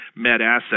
MedAssets